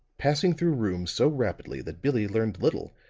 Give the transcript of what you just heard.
passing through rooms so rapidly that billie learned little,